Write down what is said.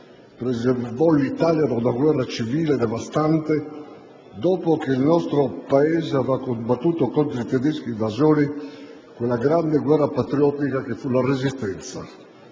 preservò l'Italia da una guerra civile devastante, dopo che il nostro Paese aveva combattuto contro i tedeschi invasori quella grande guerra patriottica che fu la Resistenza,